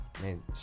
man